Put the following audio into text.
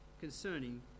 concerning